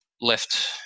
left